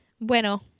Bueno